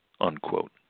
unquote